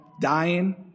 dying